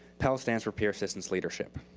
pal stands for peer assistance leadership.